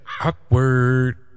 awkward